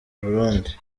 burundi